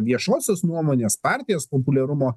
viešosios nuomonės partijos populiarumo